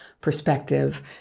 perspective